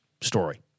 story